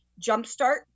Jumpstart